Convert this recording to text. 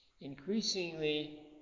increasingly